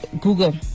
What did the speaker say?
Google